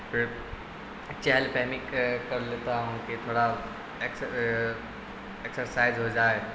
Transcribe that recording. پھر چہل قدمی کر لیتا ہوں کہ تھوڑا ایکسرسائز ہو جائے